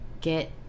get